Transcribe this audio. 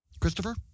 Christopher